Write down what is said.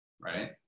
right